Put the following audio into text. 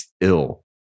ill